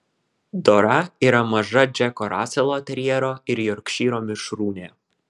dora yra maža džeko raselo terjero ir jorkšyro mišrūnė